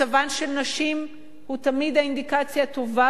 מצבן של נשים הוא תמיד האינדיקציה הטובה